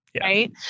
Right